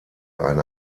ein